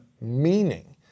meaning